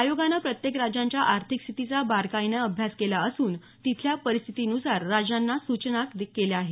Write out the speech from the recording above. आयोगानं प्रत्येक राज्याच्या आर्थिक स्थितीचा बारकाईनं अभ्यास केला असून तिथल्या परिस्थितीनुसार राज्यांना सूचना केल्या आहेत